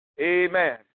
Amen